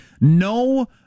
No